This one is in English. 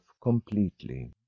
completely